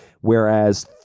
Whereas